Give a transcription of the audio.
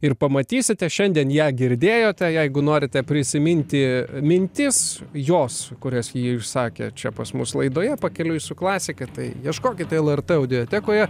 ir pamatysite šiandien ją girdėjote jeigu norite prisiminti mintis jos kurias ji išsakė čia pas mus laidoje pakeliui su klasika tai ieškokit lrt audiotekoje